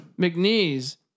McNeese